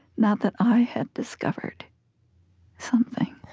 not that i had discovered something.